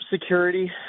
security